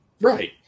Right